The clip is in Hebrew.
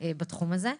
בתחום הזה.